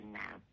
now